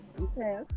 okay